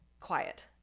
quiet